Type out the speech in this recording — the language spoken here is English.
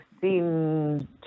seen